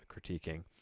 critiquing